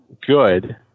good